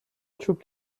چوب